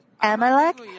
Amalek